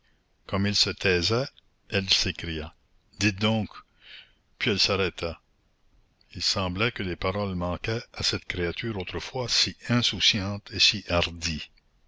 comme il se taisait elle s'écria dites donc puis elle s'arrêta il semblait que les paroles manquaient à cette créature autrefois si insouciante et si hardie